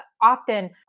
often